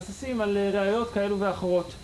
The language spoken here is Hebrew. בסיסים על ראיות כאלו ואחרות.